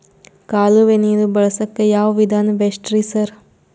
ಕಾಲುವೆ ನೀರು ಬಳಸಕ್ಕ್ ಯಾವ್ ವಿಧಾನ ಬೆಸ್ಟ್ ರಿ ಸರ್?